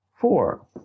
Four